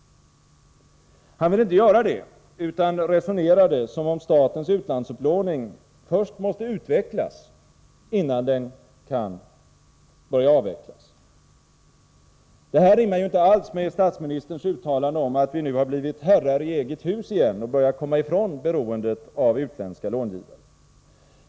Han ville inte göra det, utan resonerade som om statens utlandsupplåning först skulle utvecklas innan den kan börja avvecklas. Detta rimmar ju inte alls med statsministerns uttalande om att vi nu har blivit herrar i eget hus igen och börjar komma ifrån beroendet av utländska långivare.